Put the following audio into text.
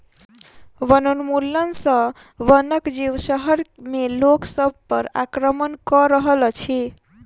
वनोन्मूलन सॅ वनक जीव शहर में लोक सभ पर आक्रमण कअ रहल अछि